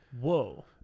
Whoa